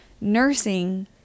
nursing